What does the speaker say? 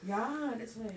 ya that's why